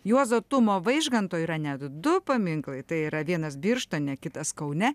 juozo tumo vaižganto yra net du paminklai tai yra vienas birštone kitas kaune